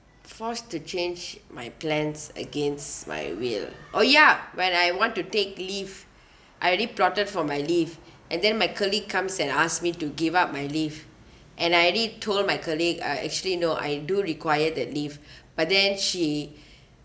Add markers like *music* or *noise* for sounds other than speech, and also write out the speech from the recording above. forced to change my plans against my will oh ya when I want to take leave *breath* I already plotted for my leave and then my colleague comes and asked me to give up my leave and I already told my colleague uh actually no I do require that leave *breath* but then she *breath*